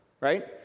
right